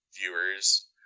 viewers